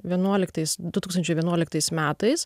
vienuoliktais du tūkstančiai vienuoliktais metais